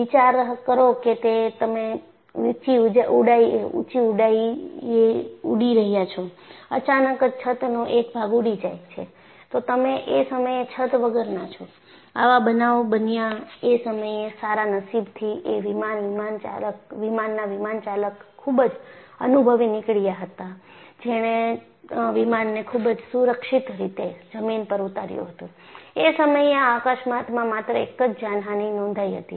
વિચારો કરો કે તમે ઊંચી ઊંચાઈએ ઉડી રહ્યા છો અચાનક જ છતનો એક ભાગ ઉડી જાય છે તો તમે એ સમયે છત વગરના છો આવા બનાવ બન્યા એ સમયે સારા નસીબથી એ વિમાનના વિમાનચાલક ખુબજ અનુભવી નીકળીયા હતો તેણે વિમાનને ખુબજ સુરક્ષિત રીતે જમીન પર ઉતાર્યું હતું એ સમયે આ અકસ્માતમાં માત્ર એક જ જાનહાનિ નોંધાઈ હતી